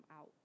out